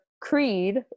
creed